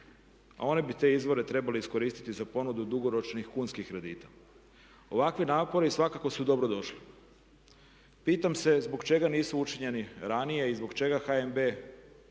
a one bi te izvore trebale iskoristiti za ponudu dugoročnih kunskih kredita. Ovakvi napori svakako su dobro došli. Pitam se zbog čega nisu učinjeni ranije i zbog čega HNB u